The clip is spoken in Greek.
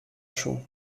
σου